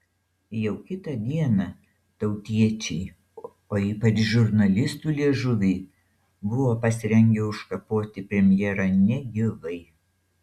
jau kitą dieną tautiečiai o ypač žurnalistų liežuviai buvo pasirengę užkapoti premjerą negyvai